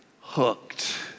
hooked